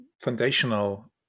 foundational